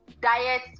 diet